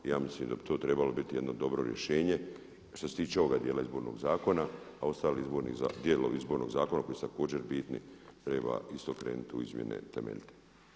Ja mislim da bi to trebalo biti jedno dobro rješenje, što se tiče ovoga dijela Izbornog zakona a ostali dijelovi Izbornog zakona koji su također bitni treba isto krenuti u izmjene temeljite.